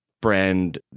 brand